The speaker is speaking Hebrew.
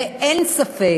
ואין ספק,